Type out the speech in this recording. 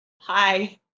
Hi